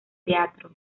teatro